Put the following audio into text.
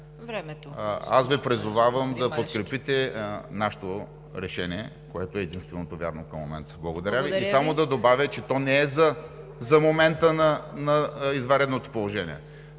Ви призовавам да подкрепите нашето решение, което е единственото вярно към момента. Благодаря Ви. И само да добавя, че то не е за момента на извънредното положение,